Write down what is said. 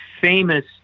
famous